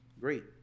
Great